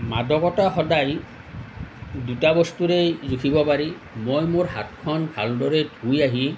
মাদকতা সদায় দুটা বস্তুৰেই জুখিব পাৰি মই মোৰ হাতখন ভালদৰে ধুই আহি